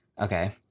Okay